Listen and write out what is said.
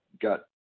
got